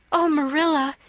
oh, marilla,